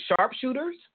sharpshooters